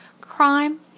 crime